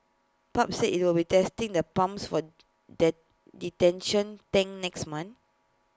pub said IT will be testing the pumps for dent detention tank next month